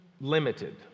limited